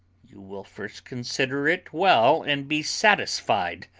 you will first consider it well and be satisfied